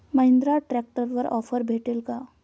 महिंद्रा ट्रॅक्टरवर ऑफर भेटेल का?